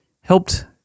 helped